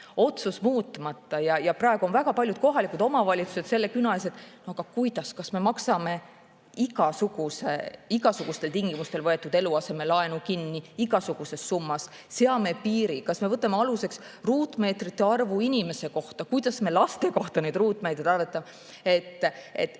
küll muutmata. Praegu on väga paljud kohalikud omavalitsused selle küna ees, et kuidas [me peame toimima], kas me maksame igasugustel tingimustel võetud eluasemelaenu kinni ja igasuguses summas või seame piiri, kas võtame aluseks ruutmeetrite arvu inimese kohta ja kuidas me laste kohta neid ruutmeetrid arvutame. Nii et